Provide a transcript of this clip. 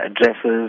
addresses